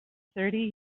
thirty